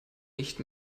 nicht